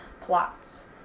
plots